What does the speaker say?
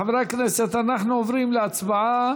חברי הכנסת, אנחנו עוברים להצבעה.